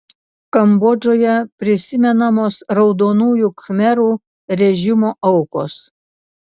kambodžoje prisimenamos raudonųjų khmerų režimo aukos